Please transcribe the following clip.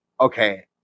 okay